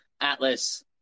Atlas